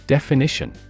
Definition